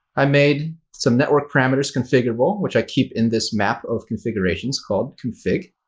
i made some network parameters configurable, which i keep in this map of configurations called config.